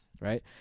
right